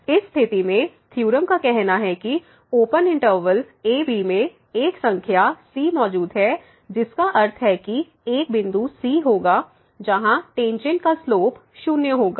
इस स्थिति में थ्योरम का कहना है कि ओपन इंटरवल a b में एक संख्या c मौजूद है जिसका अर्थ है कि एक बिंदु c होगा जहाँ टेंजेंट का स्लोप शून्य होगा